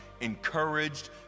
encouraged